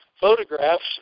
photographs